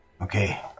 Okay